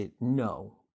no